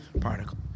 particle